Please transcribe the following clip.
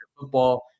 Football